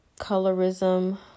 colorism